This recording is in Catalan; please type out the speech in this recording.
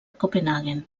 copenhaguen